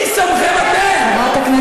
מי שמכם אתם?